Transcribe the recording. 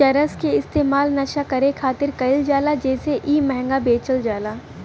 चरस के इस्तेमाल नशा करे खातिर कईल जाला जेसे इ महंगा बेचल जाला